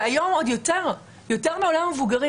והיום עוד יותר מעולם המבוגרים.